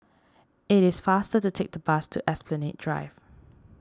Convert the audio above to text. it is faster to take the bus to Esplanade Drive